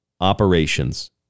operations